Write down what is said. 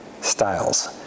styles